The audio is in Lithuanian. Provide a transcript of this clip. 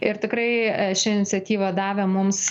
ir tikrai ši iniciatyva davė mums